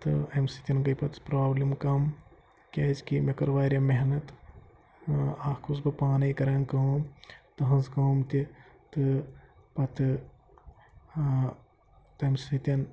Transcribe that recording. تہٕ اَمہِ سۭتۍ گٔے پَتہٕ پرابلِم کَم کیٛازکہِ مےٚ کٔر واریاہ محنت اَکھ اوسُس بہٕ پانَے کَران کٲم تٕہٕنٛز کٲم تہِ تہٕ پَتہٕ تَمہِ سۭتۍ